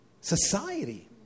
society